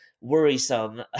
worrisome